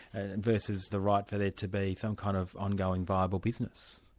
and and versus the right for there to be some kind of ongoing viable business.